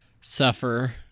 suffer